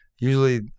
usually